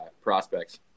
prospects